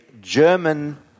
German